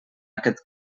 aquest